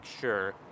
sure